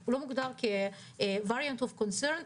שהיא הראשונה שחוסנה.